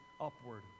upward